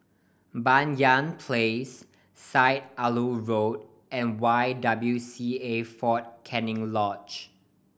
Banyan Place Syed Alwi Road and Y W C A Fort Canning Lodge